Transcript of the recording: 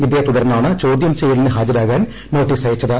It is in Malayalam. ഇതേ തുടർന്നാണ് ചോദ്യം ചെയ്യലിന് ഹാജരാക്കാൻ നോട്ടീസയച്ചത്